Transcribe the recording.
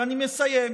ואני מסיים,